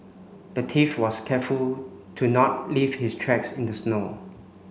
the thief was careful to not leave his tracks in the snow